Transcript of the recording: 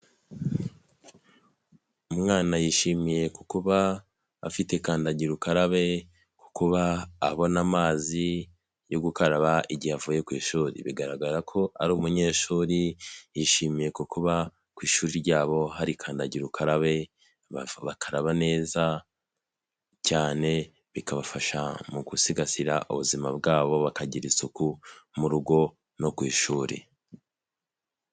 Umwana yishimiye kuba afite kandagira ukarabe kuba abona amazi yo gukaraba igihe avuye ku ishuri bigaragara ko ari umunyeshuri yishimiye ko kuba ku ishuri ryabo harikandagira ukarabe bakaraba neza cyane bikabafasha mu gusigasira ubuzima bwabo bakagira isuku mu rugo no ku ishuri.